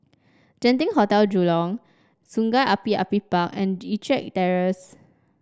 Genting Hotel Jurong Sungei Api Api Park and EttricK Terrace